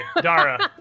Dara